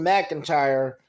McIntyre